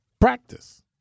practice